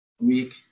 week